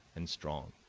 and strong,